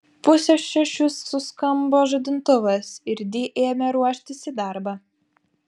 pusę šešių suskambo žadintuvas ir di ėmė ruoštis į darbą